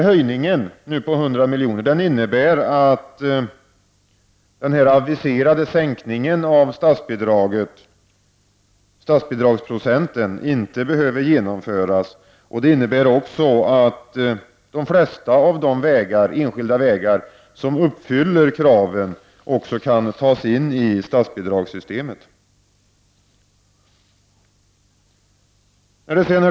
Höjningen med 100 milj.kr. innebär att den aviserade sänkningen av statsbidragsprocenten inte behöver genomföras. Det innebär också att de flesta av de enskilda vägar som uppfyller kraven också kan tas in i statsbidragssystemet, Herr talman!